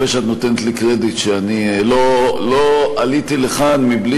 אני מקווה שאת נותנת לי קרדיט שאני לא עליתי לכאן בלי